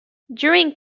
during